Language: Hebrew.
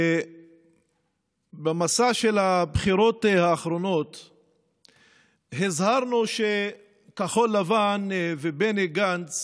במסע הבחירות האחרון הזהרנו שכחול לבן ובני גנץ